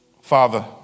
Father